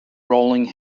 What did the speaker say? rolling